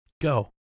Go